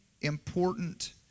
important